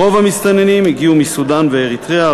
רוב המסתננים הגיעו מסודאן ואריתריאה.